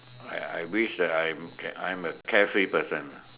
I I wish I'm I'm a carefree person lah